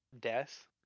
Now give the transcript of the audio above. death